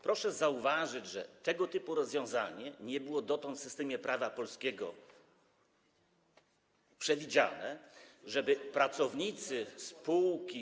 Proszę zauważyć, że tego typu rozwiązanie nie było dotąd w systemie prawa polskiego przewidziane, żeby pracownicy spółki.